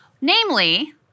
Namely